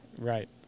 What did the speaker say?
right